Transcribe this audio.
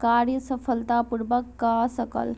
कार्य सफलता पूर्वक कय सकल